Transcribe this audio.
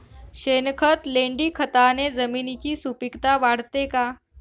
शेणखत, लेंडीखताने जमिनीची सुपिकता वाढते का?